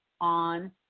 on